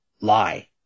lie